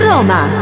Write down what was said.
Roma